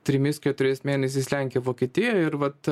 trimis keturiais mėnesiais lenkia vokietiją ir vat